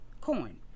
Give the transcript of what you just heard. coin